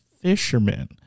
fishermen